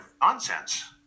nonsense